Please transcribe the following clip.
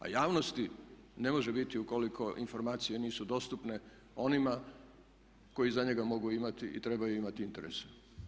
A javnosti ne može biti ukoliko informacije nisu dostupne onima koji za njega mogu imati i trebaju imati interese.